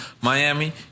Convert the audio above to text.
Miami